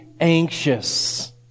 anxious